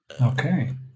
Okay